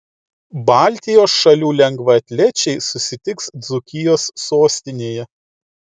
baltijos šalių lengvaatlečiai susitiks dzūkijos sostinėje